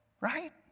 Right